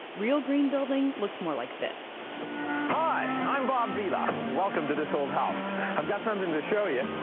real green building looks more like this hi, i'm bob vila and welcome to this old got something to show ya,